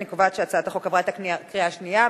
אני קובעת שהצעת החוק עברה בקריאה שנייה.